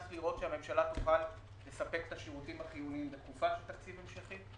צריך לראות שהממשלה תוכל לספק את השירותים החיוניים בתקופת תקציב המשכי,